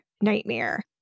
nightmare